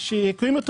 כשהקימו את